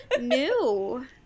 new